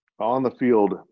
on-the-field